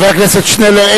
חבר הכנסת שנלר,